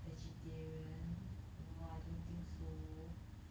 vegetarian no I don't think so